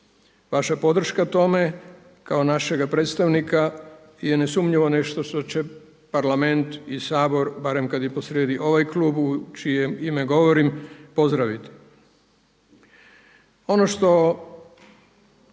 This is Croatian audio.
Vaša podrška tome kao našega predstavnika je nesumnjivo što će Parlament i Sabor barem kada je posrijedi ovaj klub u čije ime govorim, pozdraviti. Ono što